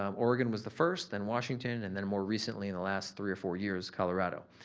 um oregon was the first, then washington and then more recently in the last three or four years, colorado.